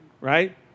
right